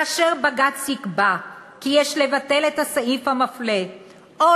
כאשר בג"ץ יקבע כי יש לבטל את הסעיף המפלה או